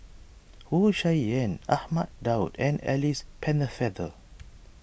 Wu Tsai Yen Ahmad Daud and Alice Pennefather